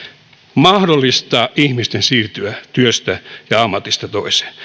mahdollistaa ihmisten siirtymisen työstä ja ja ammatista toiseen